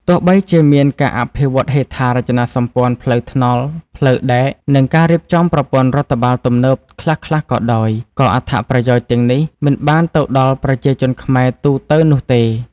ទោះបីជាមានការអភិវឌ្ឍហេដ្ឋារចនាសម្ព័ន្ធ ផ្លូវថ្នល់ ផ្លូវដែក និងការរៀបចំប្រព័ន្ធរដ្ឋបាលទំនើបខ្លះៗក៏ដោយ ក៏អត្ថប្រយោជន៍ទាំងនេះមិនបានទៅដល់ប្រជាជនខ្មែរទូទៅនោះទេ។